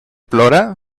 plora